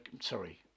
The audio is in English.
sorry